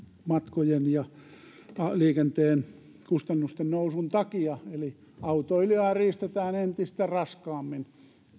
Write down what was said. matkojen ja liikenteen kustannusten nousun takia eli autoilijaa riistetään entistä raskaammin